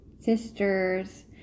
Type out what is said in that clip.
sisters